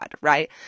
right